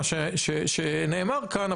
מה שנאמר כאן,